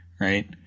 Right